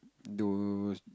those